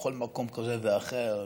בכל מקום כזה ואחר,